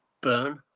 burn